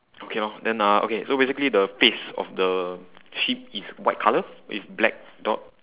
okay lor then uh okay so basically the face of the sheep is white colour with black dot